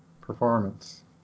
performance